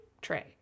tray